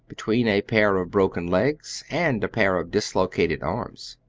between a pair of broken legs and a pair of dislocated arms!